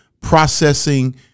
processing